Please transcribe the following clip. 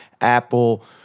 Apple